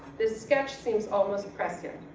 this sketch seems almost prescient.